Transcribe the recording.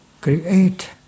create